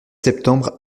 septembre